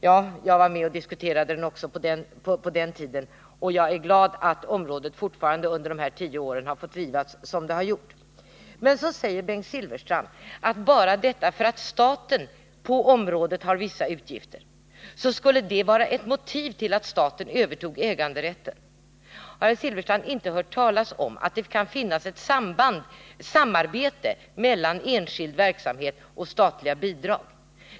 Även då deltog jag i diskussionen, och jag är glad över att området under dessa tio år har fått drivas som det har gjorts. Bengt Silfverstrand sade att bara det faktum att staten har vissa utgifter för området skulle vara ett motiv för att staten skulle överta äganderätten. Har herr Silfverstrand inte hört talas om att det kan finnas ett samarbete mellan enskild verksamhet och staten genom att det ges statliga bidrag?